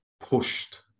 pushed